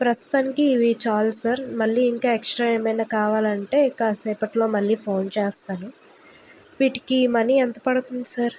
ప్రస్తుతానికి ఇవి చాలు సార్ మళ్ళీ ఇంకా ఎక్స్ట్రా ఏమైనా కావాలంటే కాసేపట్లో మళ్ళీ ఫోన్ చేస్తాను వీటికి మనీ ఎంత పడుతుంది సార్